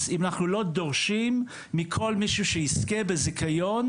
אם אנחנו לא דורשים מכל מישהו שיזכה בזיכיון,